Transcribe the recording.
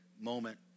moment